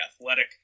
athletic